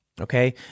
Okay